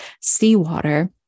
seawater